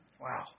wow